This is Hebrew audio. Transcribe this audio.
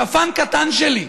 שפן קטן שלי,